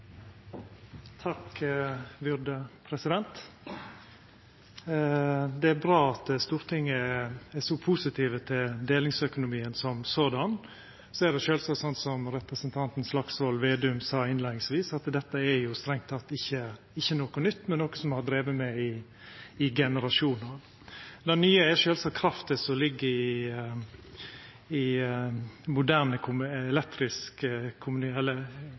så positiv til delingsøkonomien. Så er det sjølvsagt slik – som representanten Slagsvold Vedum sa i si innleiing – at dette er strengt tatt ikkje noko nytt, men noko som me har drive med i generasjonar. Det nye er sjølvsagt krafta som ligg i moderne,